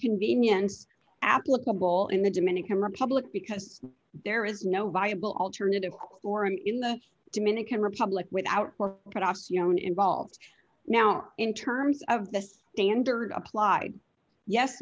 convenience applicable in the dominican republic because there is no viable alternative chloramine in the dominican republic without process you know an involved now in terms of the standard applied yes